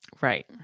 Right